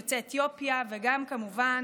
יוצאי אתיופיה וגם כמובן